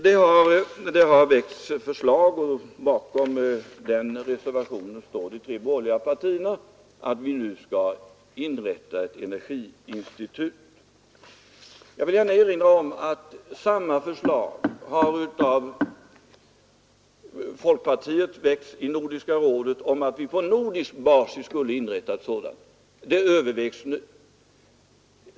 Det har väckts motionsförslag om att vi nu skall inrätta ett energiinstitut, och bakom reservationen i frågan står de tre borgerliga partierna. Jag vill gärna erinra om att förslag har väckts av folkpartiet i Nordiska rådet om att vi på nordisk basis skulle inrätta ett sådant institut. Det övervägs nu.